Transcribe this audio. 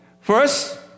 First